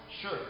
sure